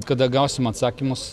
kada gausim atsakymus